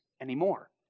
anymore